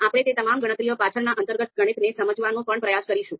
આપણે તે તમામ ગણતરીઓ પાછળના અંતર્ગત ગણિતને સમજવાનો પણ પ્રયાસ કરીશું